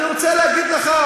אני רוצה להגיד לך,